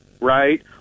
right